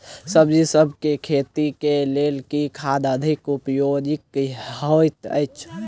सब्जीसभ केँ खेती केँ लेल केँ खाद अधिक उपयोगी हएत अछि?